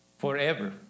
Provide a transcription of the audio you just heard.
forever